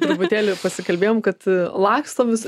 truputėlį pasikalbėjom kad laksto visi